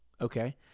Okay